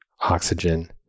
oxygen